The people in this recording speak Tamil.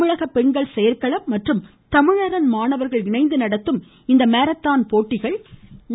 தமிழகப் பெண்கள் செயற்களம் மற்றும் தமிழரண் மாணவர்கள் இணைந்து நடத்தும் இந்த மாரத்தான் போட்டியை நடத்துகிறது